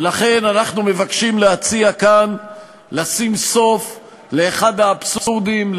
ולכן אנחנו מבקשים להציע כאן לשים סוף לאחד האבסורדים,